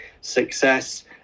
success